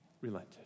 relented